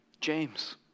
James